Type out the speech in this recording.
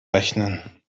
rechnen